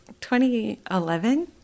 2011